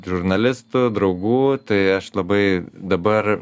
žurnalistų draugų tai aš labai dabar